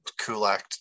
Kulak